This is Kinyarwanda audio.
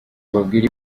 mbabwire